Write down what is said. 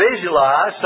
visualize